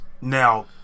now